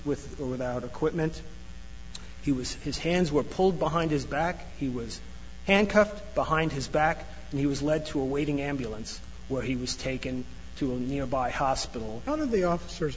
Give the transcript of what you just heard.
with or without equipment he was his hands were pulled behind his back he was handcuffed behind his back and he was led to a waiting ambulance where he was taken to a nearby hospital one of the officers